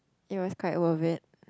it was quite all of it